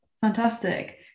fantastic